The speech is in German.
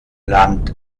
land